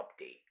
update